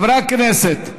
חברי הכנסת,